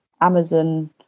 Amazon